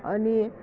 अनि